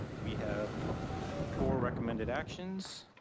we have four recommended actions.